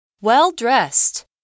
Well-dressed